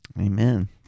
Amen